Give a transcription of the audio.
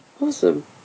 Awesome